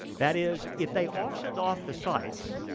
that is if they auctioned off the sites,